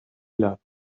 loved